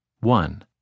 One